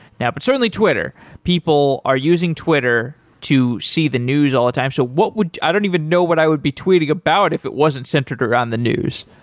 yeah but certainly twitter. people are using twitter to see the news all the time. so what would i don't even know what i would be tweeting about if it wasn't centered around the news.